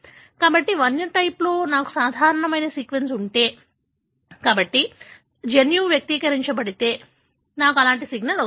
కాబట్టి వైల్డ్ టైప్లో నాకు సాధారణ సీక్వెన్స్ ఉంటే కాబట్టి జన్యువు వ్యక్తీకరించబడితే నాకు ఇలాంటి సిగ్నల్ వస్తుంది